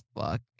fuck